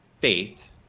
faith